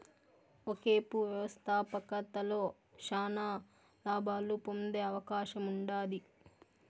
ఒకేపు వ్యవస్థాపకతలో శానా లాబాలు పొందే అవకాశముండాది